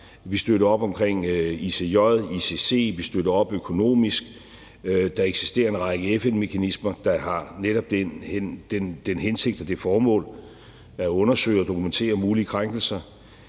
Vi støtter op omkring ICJ og ICC, og vi støtter op økonomisk. Der eksisterer en række FN-mekanismer, der netop har den hensigt og det formål at undersøge og dokumentere mulige krænkelser.